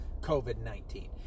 COVID-19